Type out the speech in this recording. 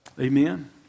Amen